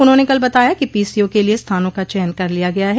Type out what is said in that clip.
उन्होंने कल बताया कि पीसीओ के लिए स्थानों का चयन कर लिया गया है